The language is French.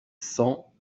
cent